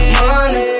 money